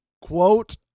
Quote